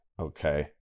Okay